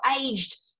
aged